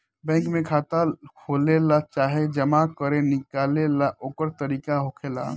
bank में खाता खोलेला चाहे जमा करे निकाले ला ओकर तरीका होखेला